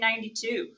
1992